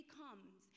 comes